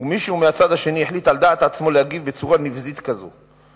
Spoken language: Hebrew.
ומישהו מהצד השני החליט על דעת עצמו להגיב בצורה נבזית כזאת.